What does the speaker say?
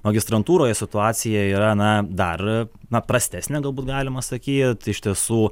magistrantūroje situacija yra na dar paprastesnė galbūt galima sakyt iš tiesų